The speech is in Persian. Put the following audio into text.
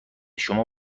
شما